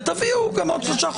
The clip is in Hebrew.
ותביאו גם עוד שלושה חודשים.